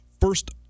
First